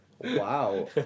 Wow